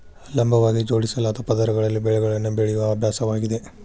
ಲಂಬವಾಗಿ ಜೋಡಿಸಲಾದ ಪದರಗಳಲ್ಲಿ ಬೆಳೆಗಳನ್ನು ಬೆಳೆಯುವ ಅಭ್ಯಾಸವಾಗಿದೆ